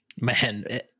Man